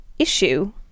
issue